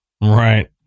right